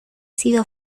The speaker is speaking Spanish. sido